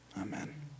amen